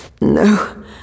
No